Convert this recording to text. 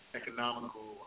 economical